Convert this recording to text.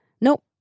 Nope